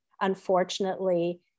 unfortunately